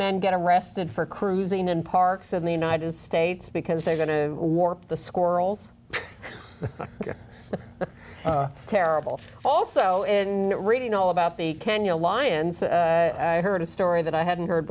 men get arrested for cruising in parks in the united states because they are going to warp the squirrels terrible also reading all about the kenya lions i heard a story that i hadn't heard